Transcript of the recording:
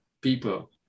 people